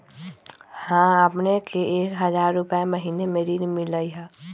हां अपने के एक हजार रु महीने में ऋण मिलहई?